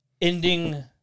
ending